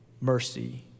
Mercy